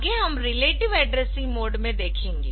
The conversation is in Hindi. आगे हम रिलेटिव एड्रेसिंग मोड में देखेंगे